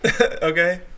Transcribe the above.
Okay